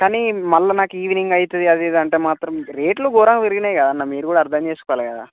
కానీ మళ్ళీ నాకు ఈవినింగ్ అవుతుంది అది ఇది అంటే మాత్రం రేట్లు ఘోరం పెరిగినాయి కదన్నా మీరు కూడా అర్ధం చేసుకోవాలి కదా